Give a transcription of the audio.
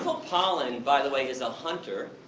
pollan, by the way, is ah a hunter,